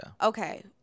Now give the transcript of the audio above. Okay